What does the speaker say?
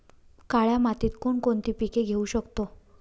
काळ्या मातीत कोणकोणती पिके घेऊ शकतो?